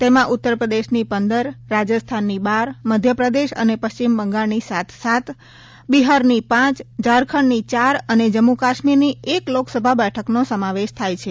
તેમાં ઉત્તર પ્રદેશની પંદર રાજસ્થાનની બાર મધ્ય પ્રદેશ અને પશ્ચિમ બંગાળની સાત સાત બિહારની પાંચ જારખંડની ચાર અને જમ્મુ કાશ્મીરની એક લોકસભા બેઠકનો સમાવેશ થાય છે